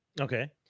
Okay